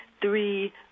three